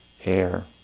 air